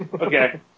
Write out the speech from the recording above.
Okay